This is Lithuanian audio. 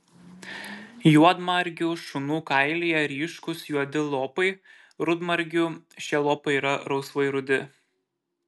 juodmargių šunų kailyje ryškūs juodi lopai rudmargių šie lopai yra rausvai rudi